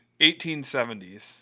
1870s